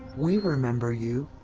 we remember you.